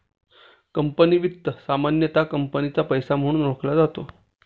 company वित्त सामान्यतः कंपनीचा पैसा म्हणून ओळखला जातो